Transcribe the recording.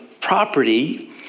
property